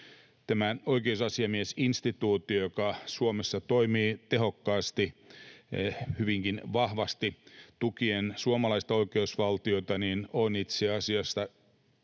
Tämä oikeusasiamies-instituutio, joka Suomessa toimii tehokkaasti hyvinkin vahvasti tukien suomalaista oikeusvaltioita, on itse asiassa ruotsalaista